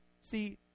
See